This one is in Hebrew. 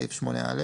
שניה "תוספת שניה (סעיף 8א)